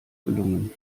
gelungen